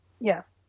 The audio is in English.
Yes